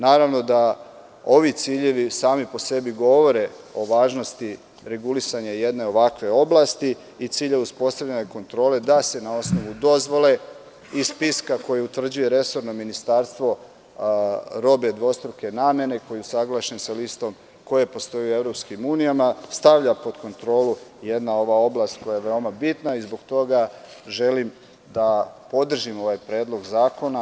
Naravno da ovi ciljevi sami po sebi govore o važnosti regulisanja jedne ovakve oblasti i cilj je uspostavljanje kontrole, da se na osnovu dozvole i spiska koji utvrđuje resorno ministarstvo robe dvostruke namene, koji je usaglašen sa listom, koje postoje u EU, stavlja pod kontrolu jedna ova oblast koja je veoma bitna i zbog toga želim da podržim ovaj predlog zakona.